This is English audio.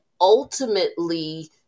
ultimately